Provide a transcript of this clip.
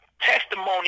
testimony